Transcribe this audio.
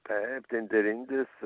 taip tindirindis